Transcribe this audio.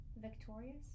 Victorious